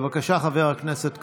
בבקשה, חבר הכנסת קריב.